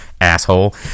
asshole